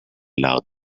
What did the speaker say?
loud